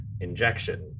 injection